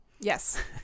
Yes